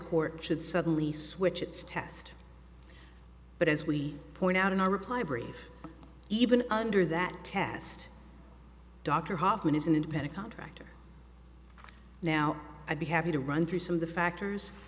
court should suddenly switch its test but as we point out in our reply brief even under that test dr hofmann is an independent contractor now i'd be happy to run through some of the factors